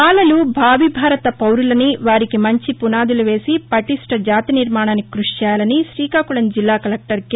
బాలలు భావి భారత పౌరులని వారికి మంచి పునాదులు వేసి పటిష్ణ జాతి నిర్నాణానికి కృషి చేయాలని శ్రీకాకుళం జిల్లా కలెక్టర్ కె